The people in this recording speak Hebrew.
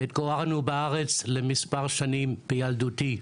והתגוררנו בארץ למספר שנים בילדותי,